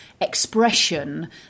expression